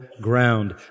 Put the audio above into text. ground